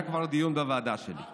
וכבר היה דיון בוועדה שלי.